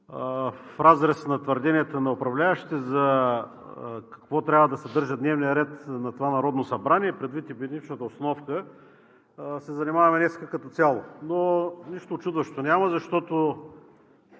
в разрез с твърденията на управляващите какво трябва да съдържа дневният ред на това Народно събрание, предвид епидемичната обстановка, се занимаваме, като цяло. Но нищо учудващо няма, защото